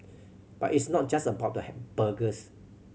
but it's not just about burgers